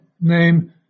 name